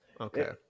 Okay